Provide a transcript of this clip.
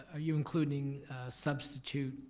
ah you including substitute